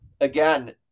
Again